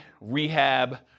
rehab